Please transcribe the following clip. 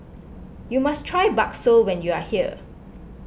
you must try Bakso when you are here